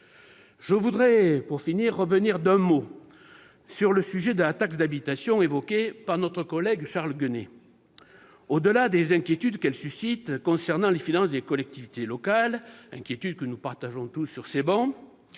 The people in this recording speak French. Je voudrais revenir d'un mot sur le sujet de la taxe d'habitation, évoqué par notre collègue Charles Guené. Au-delà des inquiétudes que sa suppression suscite concernant les finances des collectivités locales, inquiétude que nous partageons tous sur ces travées,